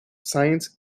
science